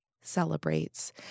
celebrates